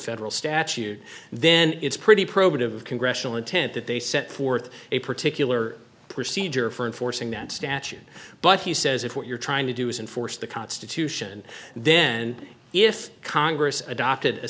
federal statute then it's pretty probative congressional intent that they set forth a particular procedure for enforcing that statute but he says if what you're trying to do is enforce the constitution then if congress adopted a